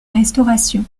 restauration